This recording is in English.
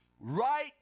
right